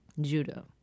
Judo